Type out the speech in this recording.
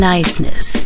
Niceness